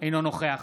אינו נוכח